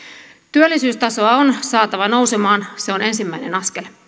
työllisyystaso on saatava nousemaan se on ensimmäinen askel